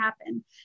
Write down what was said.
happen